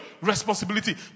responsibility